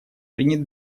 принят